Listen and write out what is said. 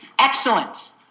Excellent